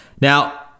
Now